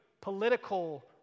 political